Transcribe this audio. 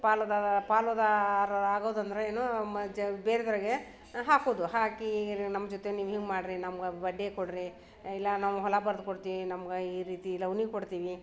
ಪಾಲುದಾ ಪಾಲುದಾರರ ಆಗೋದು ಅಂದರೆ ಏನೂ ಮ ಜ ಬೇರೆದೋರ್ಗೆ ಹಾಕುವುದು ಹಾಕಿ ನಮ್ಮ ಜೊತೆ ನೀವು ಹಿಂಗೆ ಮಾಡಿರಿ ನಮ್ಗೆ ಬಡ್ಡಿ ಕೊಡಿರಿ ಇಲ್ಲ ನಾವು ಹೊಲ ಬರ್ದು ಕೊಡ್ತೀವಿ ನಮ್ಗೆ ಈ ರೀತಿ ಈ ಲೌನಿ ಕೊಡ್ತೀವಿ